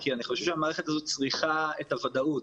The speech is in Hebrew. כי אני חושב שהמערכת הזאת צריכה את הוודאות.